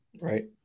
Right